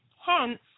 Hence